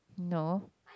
no